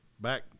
back